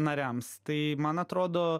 nariams tai man atrodo